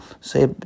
Say